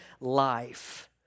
life